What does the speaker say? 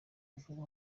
vuba